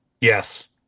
Yes